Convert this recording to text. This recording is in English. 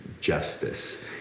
justice